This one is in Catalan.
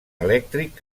elèctric